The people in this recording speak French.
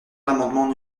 l’amendement